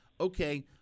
okay